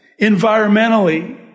environmentally